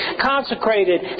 consecrated